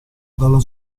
dalla